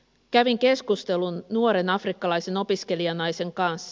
kävin keskustelun nuoren afrikkalaisen opiskelijanaisen kanssa